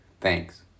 Thanks